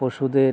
পশুদের